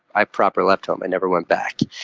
i proper left home. i never went back.